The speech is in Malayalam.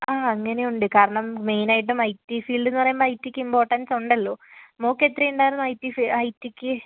അ അങ്ങനെ ഉണ്ട് കാരണം മെയ്നായിട്ടും ഐ ടി ഫീൽഡ് എന്ന് പറയുമ്പോൾ ഐ ടി ക്ക് ഇമ്പോർട്ടൻസ് ഉണ്ടല്ലോ മോൾക്ക് എത്ര ഉണ്ടായിരുന്നു ഐ ടി ഫി ഐ ടി ക്ക്